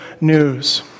news